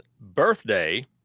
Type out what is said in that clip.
birthday